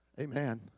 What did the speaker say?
Amen